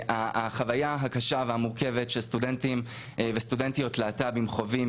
החוויה הקשה והמורכבת שסטודנטים וסטודנטיות להט"בים חווים